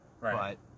Right